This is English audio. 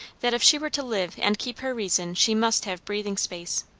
that if she were to live and keep her reason she must have breathing space.